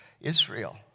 Israel